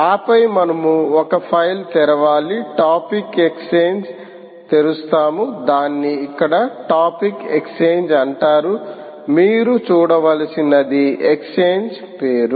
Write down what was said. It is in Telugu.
ఆపై మనము ఒక ఫైల్ను తెరవాలి టాపిక్ ఎక్స్ఛేంజ్ తెరుస్తాము దాన్ని ఇక్కడ టాపిక్ ఎక్స్ఛేంజ్ అంటారు మీరు చూడవలసినది ఎక్స్ఛేంజ్ పేరు